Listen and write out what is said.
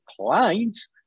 clients